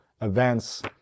events